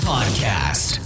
Podcast